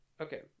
Okay